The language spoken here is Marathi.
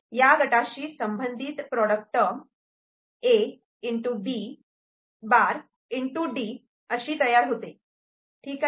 त्यामुळे या गटाशी संबंधित प्रॉडक्ट टर्मAB'D अशी तयार होते ठीक आहे